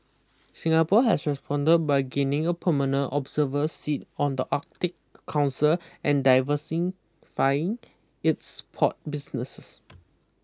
Singapore has responded by gaining a permanent observer seat on the Arctic Council and diversifying its port businesses